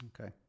Okay